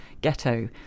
ghetto